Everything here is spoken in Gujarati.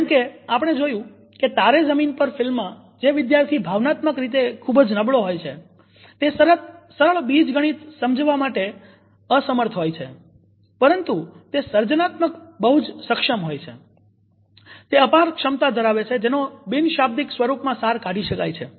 જેમ કે આપણે જોયું છે કે 'તારે ઝમીન પર' ફિલ્મમાં જે વિદ્યાર્થી ભાવનાત્મક રીતે ખુબ જ નબળો હોય છે તે સરળ બીજ ગણિત સમજવા માટે અસમર્થ હોય છે પરંતુ તે સર્જનાત્મક બહુ જ સક્ષમ હોય છે તે અપાર ક્ષમતા ધરાવે છે જેનો બિન શાબ્દિક સ્વરૂપમાં સાર કાઢી શકાય છે